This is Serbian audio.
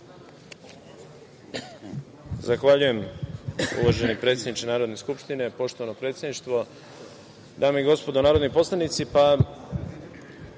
Zahvaljujem, uvaženi predsedniče Narodne skupštine. Poštovano predsedništvo, dame i gospodo narodni poslanici,